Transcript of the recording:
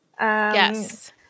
Yes